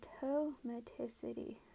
automaticity